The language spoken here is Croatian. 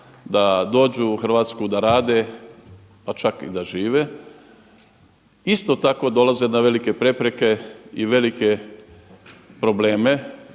da dođu u Hrvatsku, da rade pa čak i da žive isto tako dolaze na velike prepreke i velike probleme